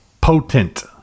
potent